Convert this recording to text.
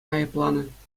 айӑпланӑ